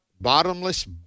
bottomless